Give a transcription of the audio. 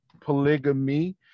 polygamy